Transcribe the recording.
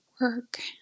work